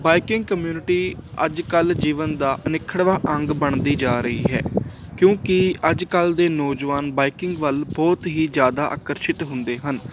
biking community ਅੱਜ ਕੱਲ੍ਹ ਜੀਵਨ ਦਾ ਅਨਿਖੜਵਾਂ ਅੰਗ ਬਣਦੀ ਜਾ ਰਹੀ ਹੈ ਕਿਉਂਕਿ ਅੱਜ ਕੱਲ੍ਹ ਦੇ ਨੌਜਵਾਨ ਬਾਈਕਿੰਗ ਵੱਲ ਬਹੁਤ ਹੀ ਜ਼ਿਆਦਾ ਆਕਰਸ਼ਿਤ ਹੁੰਦੇ ਹਨ